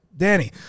Danny